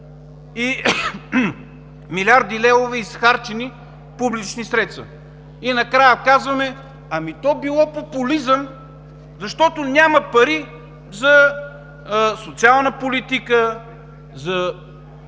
и милиарди левове изхарчени публични средства?! И накрая казваме: то било популизъм, защото няма пари за социална политика, за